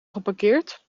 geparkeerd